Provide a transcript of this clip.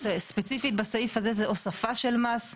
ספציפית בסעיף הזה, זה הוספה של מס.